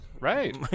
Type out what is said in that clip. right